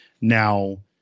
Now